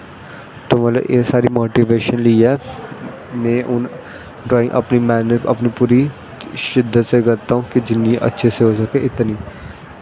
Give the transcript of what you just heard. ते मतलव सारी मोटिवेशन लेईयै में हून अपनी पूरी शिध्दत से करता हूं जितनी हो सके तो